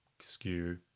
skew